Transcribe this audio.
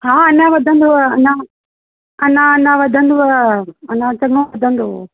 हा अञा वधंदव अञा अञा अञा वधंदव अञा चङो वधंदो